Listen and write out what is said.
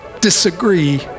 disagree